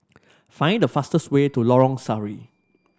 find the fastest way to Lorong Sari